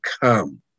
come